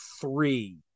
three